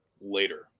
later